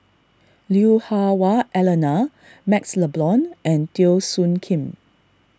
Liu Hah Wah Elena MaxLe Blond and Teo Soon Kim